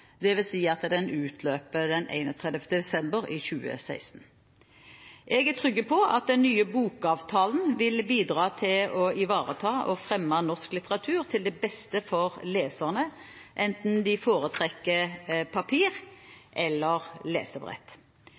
dvs. at den utløper 31. desember 2016. Jeg er trygg på at den nye bokavtalen vil bidra til å ivareta og fremme norsk litteratur til det beste for leserne, enten de foretrekker papir eller lesebrett.